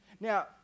now